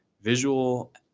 visual